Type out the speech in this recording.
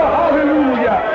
hallelujah